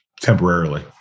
temporarily